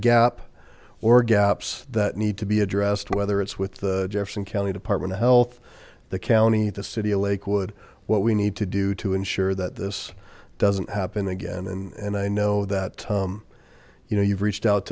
gap or gaps that need to be addressed whether it's with the jefferson county department of health the county the city of lakewood what we need to do to ensure that this doesn't happen again and and i know that um you know you've reached out